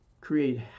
create